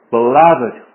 Beloved